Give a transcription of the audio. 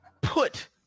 put